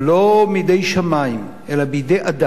לא מידי שמים אלא בידי אדם,